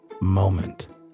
moment